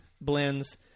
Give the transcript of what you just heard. blends